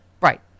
Right